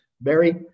Barry